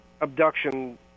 abduction